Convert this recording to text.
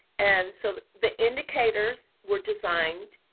and so the indicators were designed,